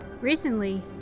Recently